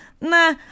nah